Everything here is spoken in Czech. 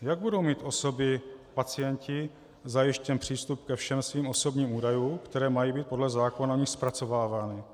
Jak budou mít osobypacienti zajištěn přístup ke všem svým osobním údajům, které mají být podle zákona nyní zpracovávány?